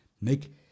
make